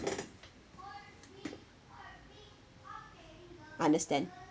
understand